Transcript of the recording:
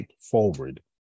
forward